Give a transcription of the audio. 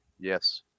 Yes